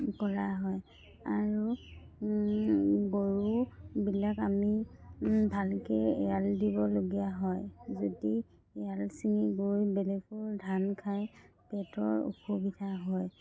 কৰা হয় আৰু গৰুবিলাক আমি ভালকৈ এৰাল দিবলগীয়া হয় যদি এৰাল চিঙি গৰু বেলেগৰ ধান খাই পেটৰ অসুবিধা হয়